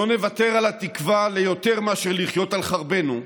לא נוותר על התקווה ליותר מאשר לחיות על חרבנו,